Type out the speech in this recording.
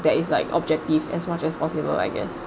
that is like objective as much as possible I guess